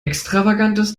extravagantes